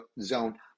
zone